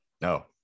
No